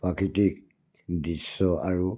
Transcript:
প্ৰাকৃতিক দৃশ্য আৰু